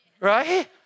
right